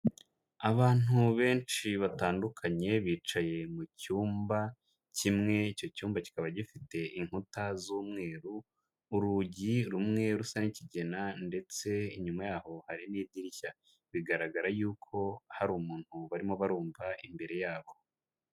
Abantu benshi batandukanye, bicaye mu cyumba kimwe, icyo cyumba kikaba gifite inkuta z'umweru, urugi rumwe rusa n'ikigina ndetse inyuma yaho hari n'idirishya. Bigaragara y'uko hari umuntu barimo barumva imbere yabo.